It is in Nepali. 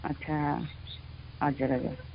अच्छा हजुर हजुर